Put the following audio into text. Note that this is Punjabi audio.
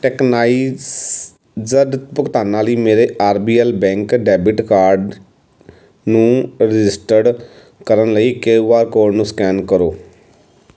ਟਕਨਾਈਜ਼ਡ ਭੁਗਤਾਨਾਂ ਲਈ ਮੇਰੇ R B L bank debit card ਨੂੰ ਰਜਿਸਟਰਡ ਕਰਨ ਲਈ ਕੇਯੂ ਆਰ ਕੋਡ ਨੂੰ ਸਕੈਨ ਕਰੋ